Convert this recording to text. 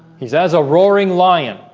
he's as a roaring lion